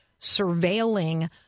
surveilling